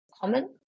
common